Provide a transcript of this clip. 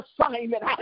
assignment